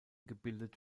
gebildet